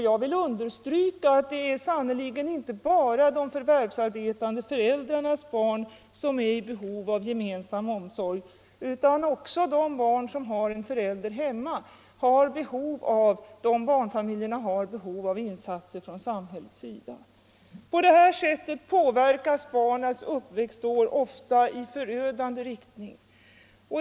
Jag vill understryka att det sannerligen inte bara är de förvärvsarbetande föräldrarnas barn som är i behov av gemensam omsorg. Också de barn som har en förälder hemma och deras föräldrar har behov av insatser från samhällets sida. På det sättet påverkas barnens uppväxtår ofta i förödande riktning.